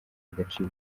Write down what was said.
agaciro